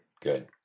Good